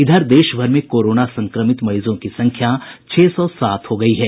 इधर देश भर में कोरोना संक्रमित मरीजों की संख्या छह सौ सात हो गयी है